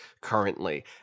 currently